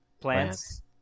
plants